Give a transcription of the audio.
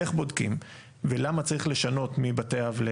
איך בודקים ולמה צריך לשנות מבתי אב,